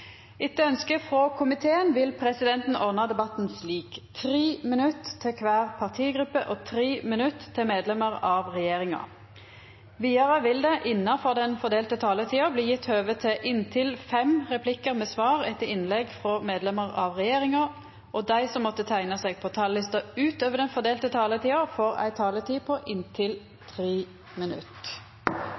Etter ønskje frå transport- og kommunikasjonskomiteen vil presidenten ordna debatten slik: 3 minutt til kvar partigruppe og 3 minutt til medlemer av regjeringa. Vidare vil det – innanfor den fordelte taletida – bli gjeve høve til inntil fem replikkar med svar etter innlegg frå medlemer av regjeringa, og dei som måtte teikna seg på talarlista utover den fordelte taletida, får ei taletid på inntil 3 minutt.